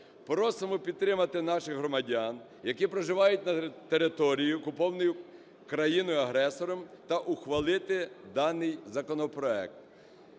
Просимо підтримати наших громадян, які проживають на території, окупованій країною-агресором, та ухвалити даний законопроект.